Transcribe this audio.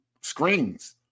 screens